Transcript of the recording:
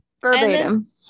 verbatim